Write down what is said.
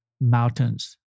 mountains